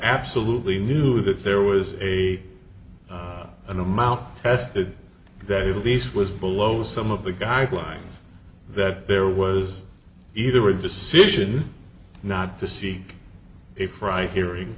absolutely knew that there was a an amount rested that release was below some of the guidelines that there was either a decision not to seek a fright hearing